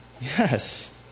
Yes